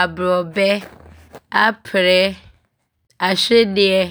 aborɔbɛ, aprɛ ne ahwedeɛ.